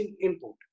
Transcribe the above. input